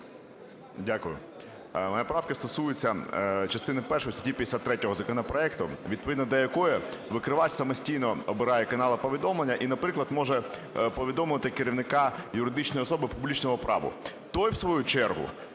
Дякую. Моя правка стосується частини першої статті 53 законопроекту, відповідно до якої викривач самостійно обирає канали повідомлення і, наприклад, може повідомити керівника юридичної особи публічного права. Той в свою чергу